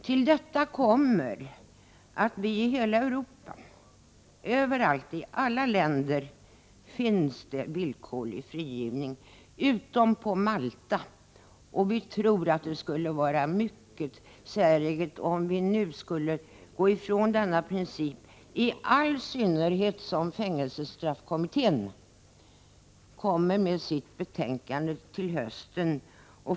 Till detta kommer att det i hela Europa — överallt, i alla länder — finns villkorlig frigivning, utom på Malta. Det skulle vara mycket säreget om vi nu skulle gå ifrån denna princip, i all synnerhet som fängelsestraffkommittén kommer med sitt betänkande till hösten.